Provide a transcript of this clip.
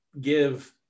give